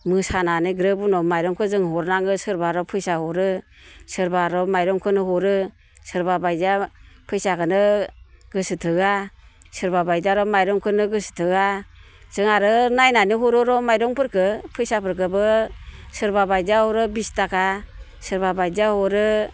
मोसानानै ग्रोब उनाव माइरंखौ जों हरनांगो सोरबा आरो फैसा हरो सोरबा आरो माइरंखौनो हरो सोरबाबायदिया फैसाखोनो गोसोथोया सोरबाबायदिया आरो माइरंखौनो गोसोथोआ जों आरो नायनानै हरोर' माइरंफोरखो फैसाफोरखौबो सोरबा बायदिया हरो बिस थाखा सोरबाबायदिया हरो